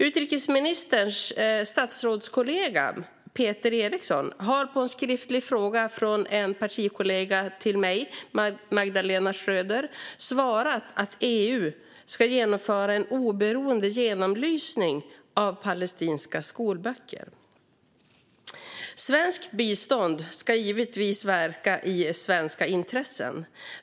Utrikesministerns statsrådskollega Peter Eriksson har på en skriftlig fråga från en partikollega till mig, Magdalena Schröder, svarat att EU ska genomföra en oberoende genomlysning av palestinska skolböcker. Svenskt bistånd ska givetvis verka i svenska intressen.